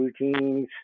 routines